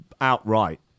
outright